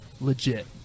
legit